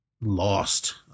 Lost